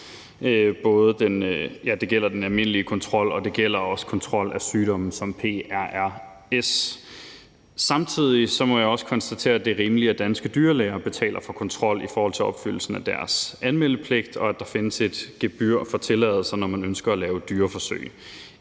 Det gælder den almindelige kontrol, og det gælder også kontrol af sygdomme som prrs. Samtidig må jeg også konstatere, at det er rimeligt, at danske dyrlæger betaler for kontrol i forhold til opfyldelsen af deres anmeldepligt, og at der findes et gebyr for tilladelser, når man ønsker at lave dyreforsøg.